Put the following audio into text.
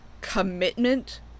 commitment